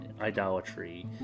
idolatry